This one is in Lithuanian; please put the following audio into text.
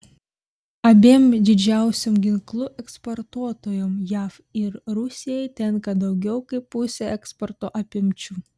abiem didžiausiom ginklų eksportuotojom jav ir rusijai tenka daugiau kaip pusė eksporto apimčių